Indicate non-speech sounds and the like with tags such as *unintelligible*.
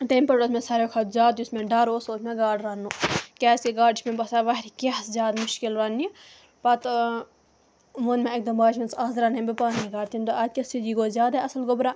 تیٚمہِ پٮ۪ٹھ اوس مےٚ ساروٕے کھۄتہٕ زیادٕ یُس مےٚ ڈَر اوس سُہ اوس مےٚ گاڈٕ رننُک کیٛازِکہِ گاڈٕ چھِ مےٚ باسان واریاہ کینٛہہ زیادٕ مُشکل رَننہِ پَتہٕ ووٚن مےٚ اَکہِ دۄہ ماجہِ *unintelligible* اَز رَنَے بہٕ پانَے گاڈٕ تٔمۍ دوٚپ اَدٕ کیٛاہ سا یہِ گوٚو زیادَے اَصٕل گۄبرا